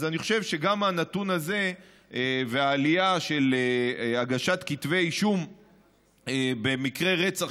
אז אני חושב שגם הנתון הזה ועלייה של הגשת כתבי אישום במקרי רצח